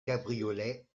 cabriolet